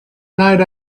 night